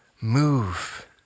Move